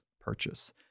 purchase